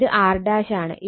ഇത് R ആണ്